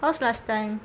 cause last time